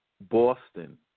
boston